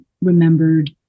remembered